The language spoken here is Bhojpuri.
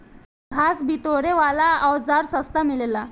घास बिटोरे वाला औज़ार सस्ता मिलेला